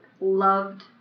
loved